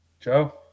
Joe